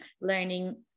learning